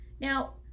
now